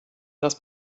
das